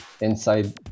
inside